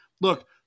look